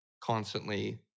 constantly